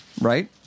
right